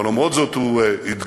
אבל למרות זאת הוא הדגיש: